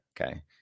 Okay